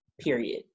period